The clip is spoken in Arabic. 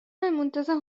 المنتزه